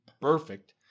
perfect